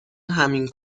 همین